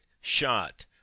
shot